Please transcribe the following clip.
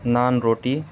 نان روٹی